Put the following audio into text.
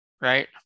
right